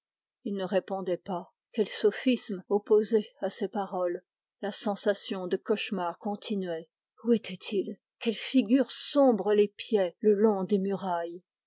il ne répondait pas quel sophisme opposer à ces paroles la sensation de cauchemar continuait où était-il quelles figures sombres l'épiaient le long des murailles